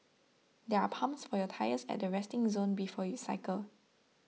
there are pumps for your tyres at the resting zone before you cycle